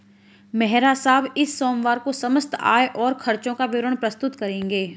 मेहरा साहब इस सोमवार को समस्त आय और खर्चों का विवरण प्रस्तुत करेंगे